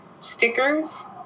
stickers